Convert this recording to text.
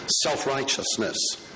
self-righteousness